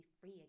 free